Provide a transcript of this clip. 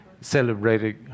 celebrated